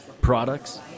Products